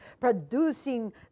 producing